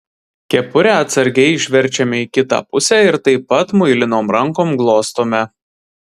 kepurę atsargiai išverčiame į kitą pusę ir taip pat muilinom rankom glostome